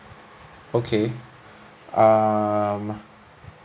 okay um